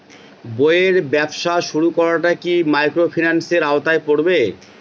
বইয়ের ব্যবসা শুরু করাটা কি মাইক্রোফিন্যান্সের আওতায় পড়বে?